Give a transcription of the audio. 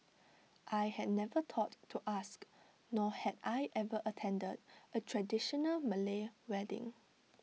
I had never thought to ask nor had I ever attended A traditional Malay wedding